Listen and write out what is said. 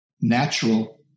natural